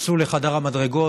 צאו לחדר המדרגות,